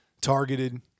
Targeted